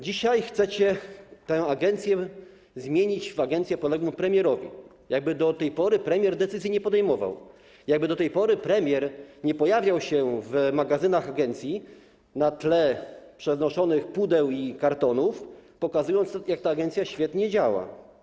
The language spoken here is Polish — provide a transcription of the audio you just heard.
Dzisiaj chcecie tę agencję zmienić w agencję podległą premierowi, jakby do tej pory premier nie podejmował decyzji, jakby do tej pory premier nie pojawiał się w magazynach agencji, na tle przenoszonych pudeł i kartonów, pokazując, jak ta agencja świetnie działa.